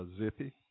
Zippy